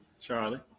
Charlie